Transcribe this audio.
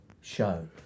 show